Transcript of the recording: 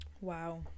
wow